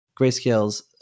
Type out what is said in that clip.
Grayscale's